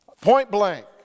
point-blank